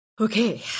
Okay